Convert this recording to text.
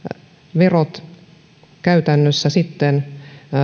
verot käytännössä sitten